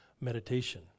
meditation